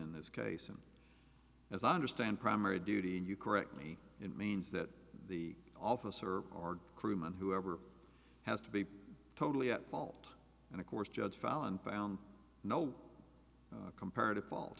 in this case i'm as i understand primary duty and you correct me it means that the officer or crewman whoever has to be totally at fault and of course judge fallon found no comparative